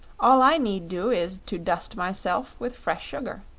all i need do is to dust myself with fresh sugar.